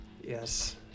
Yes